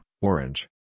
Orange